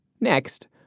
Next